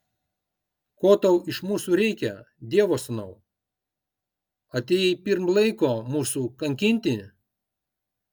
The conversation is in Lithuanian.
ko tau iš mūsų reikia dievo sūnau atėjai pirm laiko mūsų kankinti